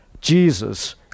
Jesus